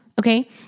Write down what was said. okay